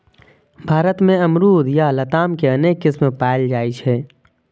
भारत मे अमरूद या लताम के अनेक किस्म पाएल जाइ छै